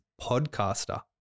podcaster